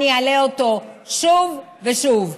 אני אעלה אותו שוב ושוב.